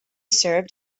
served